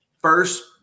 first